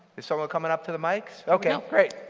is someone coming up to the mics? okay, great,